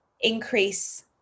increase